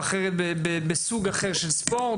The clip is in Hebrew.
בסוג אחר של ספורט,